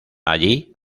allí